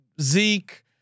Zeke